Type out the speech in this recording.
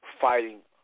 fighting